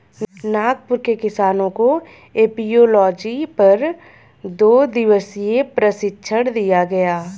नागपुर के किसानों को एपियोलॉजी पर दो दिवसीय प्रशिक्षण दिया गया